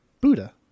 Buddha